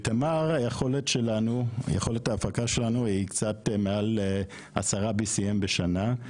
בתמר יכולת ההפקה שלנו היא קצת מעל BCM10 בשנה.